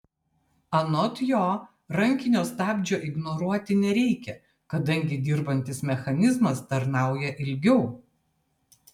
anot jo rankinio stabdžio ignoruoti nereikia kadangi dirbantis mechanizmas tarnauja ilgiau